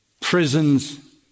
prisons